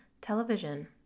television